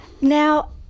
Now